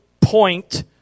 point